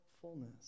fullness